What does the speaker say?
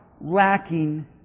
lacking